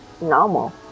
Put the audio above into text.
normal